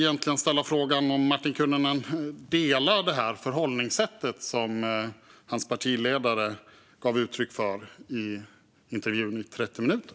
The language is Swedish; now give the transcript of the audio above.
Delar Martin Kinnunen förhållningssättet som hans partiledare gav uttryck för i intervjun i 30 minuter ?